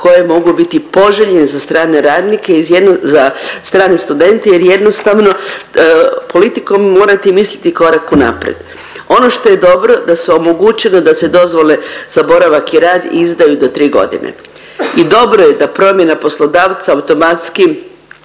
koje mogu biti poželjne za strane radnike iz jedno… za strane studente jer jednostavno politikom morate misliti i korak unaprijed. Ono što se dobro da su omogućeno da se dozvole za boravak i rad izdaju do 3 godine. I dobro je da promjena poslodavca automatski